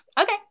okay